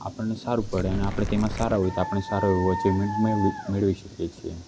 આપણને સારું પડે અને આપણે તેમાં સારા હોય તો આપણે સારો એવો અચિવમેન્ટ મેળવી શકીએ છીએ